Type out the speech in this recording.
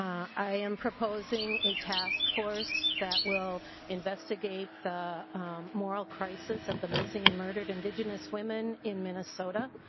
i am proposing a task force that will investigate the moral crisis of the missing and murdered indigenous women in minnesota.